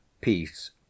peace